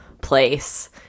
place